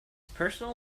personal